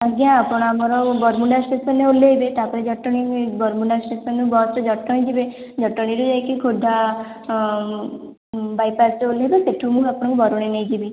ଆଜ୍ଞା ଆପଣ ଆମର ବରମୁଣ୍ଡା ଷ୍ଟେସନରେ ଓହ୍ଲେଇବେ ତାପରେ ଜଟଣୀ ବରମୁଣ୍ଡା ଷ୍ଟେସନ ରୁ ବସରେ ଜଟଣୀ ଯିବେ ଜଟଣୀରୁ ଯାଇକି ଖୋର୍ଦ୍ଧା ବାଇପାସରେ ଓହ୍ଲେଇବେ ସେଇଠୁ ମୁଁ ଆପଣଙ୍କୁ ବରୁଣେଇ ନେଇଯିବି